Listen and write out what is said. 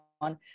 on